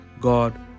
God